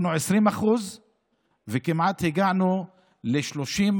אנחנו 20% וכמעט הגענו ל-35%.